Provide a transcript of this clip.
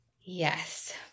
Yes